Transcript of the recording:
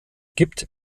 gibt